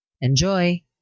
Enjoy